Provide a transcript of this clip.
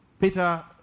Peter